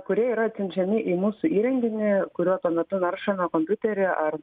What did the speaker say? kurie yra atsiunčiami į mūsų įrenginį kuriuo tuo metu naršome kompiuterį ar